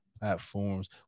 platforms